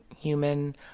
human